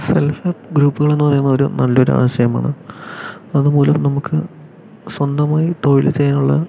self help ഗ്രൂപ്പുകൾ എന്ന് പറയുന്നത് ഒരു നല്ലൊരു ആശയമാണ് അതുമൂലം നമുക്ക് സ്വന്തമായി തൊഴിൽ ചെയ്യാനുള്ള